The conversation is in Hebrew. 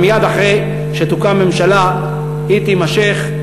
אבל מייד אחרי שתוקם ממשלה היא תימשך.